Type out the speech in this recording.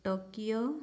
Tokyo